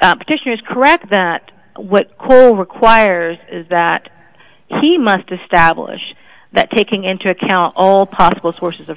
petition is correct that what clear requires is that he must establish that taking into account all possible sources of